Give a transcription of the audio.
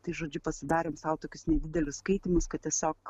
tai žodžiu pasidarėm sau tokius nedidelius skaitymus kad tiesiog